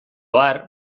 har